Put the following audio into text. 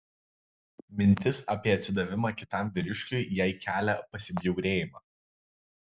mintis apie atsidavimą kitam vyriškiui jai kelia pasibjaurėjimą